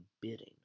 bidding